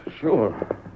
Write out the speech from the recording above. Sure